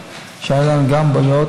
ואחרי שנים של עבודה,